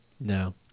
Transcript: No